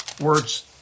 words